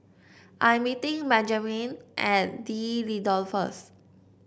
I'm meeting Benjamen at D'Leedon first